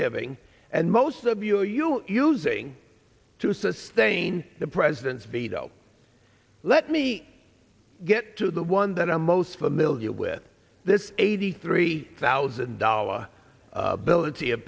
giving and most of you are you using to sustain the president's veto let me get to the one that i'm most familiar with this eighty three thousand dollar ability of